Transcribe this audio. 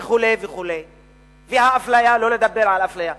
וכו' וכו', והאפליה, לא לדבר על אפליה.